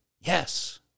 Yes